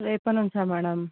రేపటి నుంచా మ్యాడమ్